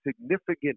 significant